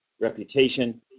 reputation